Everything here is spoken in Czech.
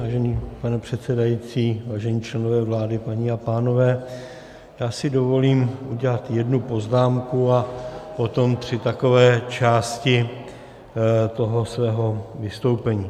Vážený pane předsedající, vážení členové vlády, paní a pánové, já si dovolím udělat jednu poznámku a potom tři takové části toho svého vystoupení.